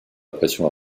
pression